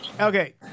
okay